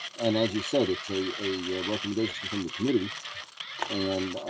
and as you said it's a a recommendation from the committee and